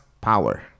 power